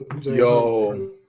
Yo